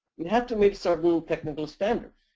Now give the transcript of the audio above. it have to meet certain technical standards.